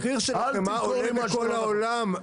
המחיר של החמאה עולה בכל העולם.